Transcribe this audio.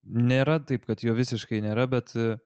nėra taip kad jo visiškai nėra bet